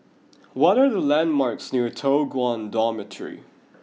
what are the landmarks near Toh Guan Dormitory